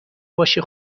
باشه